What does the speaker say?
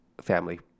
family